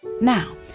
Now